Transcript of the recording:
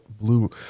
blue